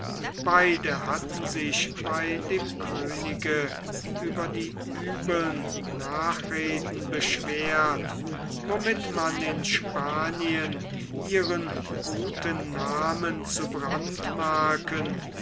beide hatten sich bei dem könige über die übeln nachreden beschwert womit man in spanien ihren guten namen zu brandmarken